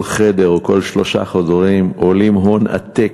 כל חדר, או כל שלושה חדרים, עולים הון עתק,